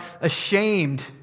ashamed